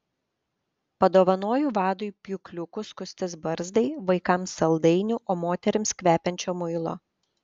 padovanoju vadui pjūkliukų skustis barzdai vaikams saldainių o moterims kvepiančio muilo